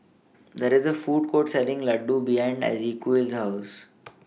There IS A Food Court Selling Laddu behind Ezequiel's House